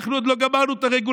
אנחנו עוד לא גמרנו את הרגולציה.